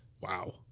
Wow